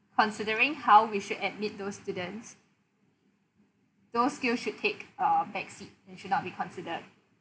considering how we should admit those students those skills should take uh back seat it should not be considered